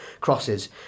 crosses